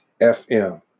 FM